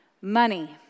Money